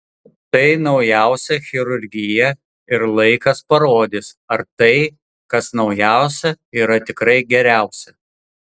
tai naujausia chirurgija ir laikas parodys ar tai kas naujausia yra tikrai geriausia